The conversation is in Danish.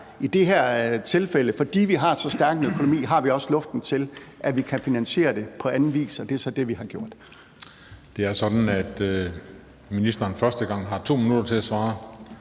i det her tilfælde, fordi vi har så stærk en økonomi, har vi også luften til, at vi kan finansiere det på anden vis. Det er så det, vi har gjort. Kl. 13:13 Den fg. formand (Christian Juhl): Det er sådan, at ministeren første gang har 2 minutter til at svare